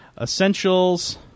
essentials